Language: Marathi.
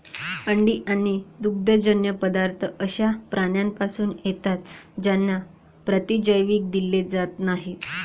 अंडी आणि दुग्धजन्य पदार्थ अशा प्राण्यांपासून येतात ज्यांना प्रतिजैविक दिले जात नाहीत